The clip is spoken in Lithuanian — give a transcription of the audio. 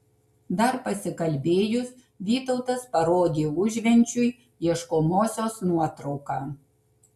dar pasikalbėjus vytautas parodė užvenčiui ieškomosios nuotrauką